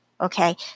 okay